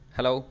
Hello